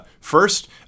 First